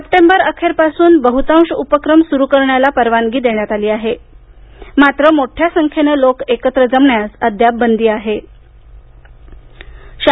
September अखेरपासून बहृतांश उपक्रम सुरु करण्याला परवानगी देण्यात आली आहे मात्र मोठ्या संख्येने लोक एकत्र जमण्यास बंदी अद्याप आहे